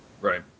Right